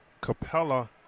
Capella